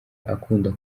akunda